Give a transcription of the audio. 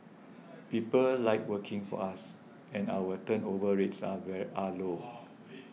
people like working for us and our turnover rates are very are low